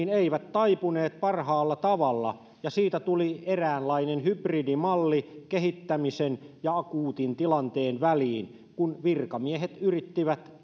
taipuneet parhaalla tavalla ja siitä tuli eräänlainen hybridimalli kehittämisen ja akuutin tilanteen väliin kun virkamiehet yrittivät